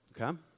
Okay